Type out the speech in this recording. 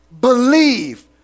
Believe